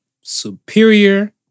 Superior